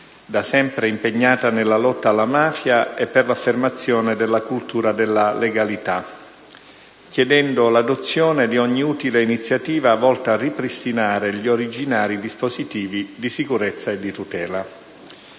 da sempre impegnata nella lotta alla mafia e per l'affermazione della cultura della legalità, chiedendo l'adozione di ogni utile iniziativa volta a ripristinare gli originari dispositivi di sicurezza e di tutela.